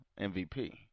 MVP